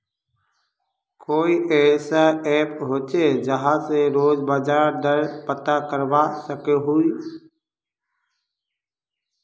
कोई ऐसा ऐप होचे जहा से रोज बाजार दर पता करवा सकोहो ही?